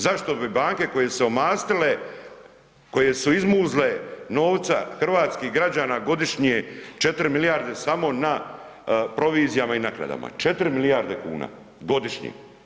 Zašto bi banke koje su se omastile, koje su izmuzle novca hrvatskih građana, godišnje 4 milijarde samo na provizijama i naknadama, 4 milijarde kuna godišnje.